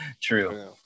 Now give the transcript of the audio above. True